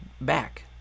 back